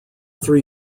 three